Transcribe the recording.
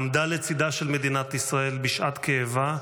עמדה לצידה של מדינת ישראל בשעת כאבה,